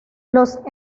los